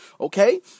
Okay